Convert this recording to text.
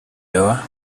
door